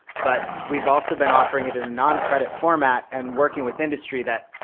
but we've also been offering it in noncredit format and working with industry that